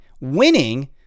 Winning